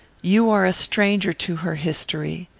you are a stranger to her history.